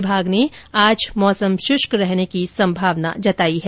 विभाग ने आज मौसम शुष्क रहने की संभावना जताई है